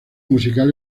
musical